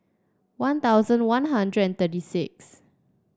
One Thousand One Hundred and thirty six